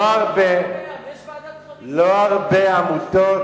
לא הרבה עמותות,